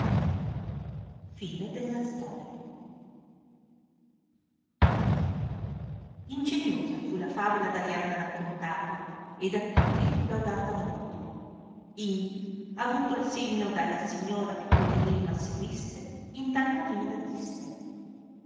a io ingeniosa fu la favola d'arianna raccontata e da tutti fu laudata molto indi avuto il segno dalla signora che con l'enimma seguisse in tal maniera disse